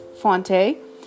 Fonte